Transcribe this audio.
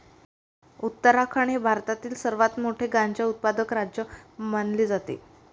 उत्तराखंड हे भारतातील सर्वात मोठे गांजा उत्पादक राज्य मानले जाते